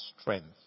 strength